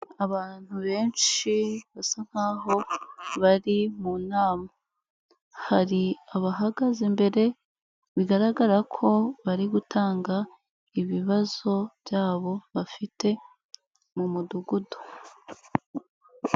Abantu benshi basa nkaho bari mu nama, hari abahagaze imbere bigaragara ko bari gutanga ibibazo byabo bafite mu mudugudu.